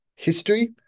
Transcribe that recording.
History